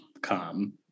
come